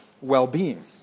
well-being